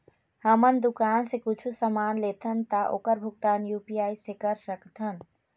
हमन दुकान से कुछू समान लेथन ता ओकर भुगतान यू.पी.आई से कर सकथन?